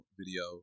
video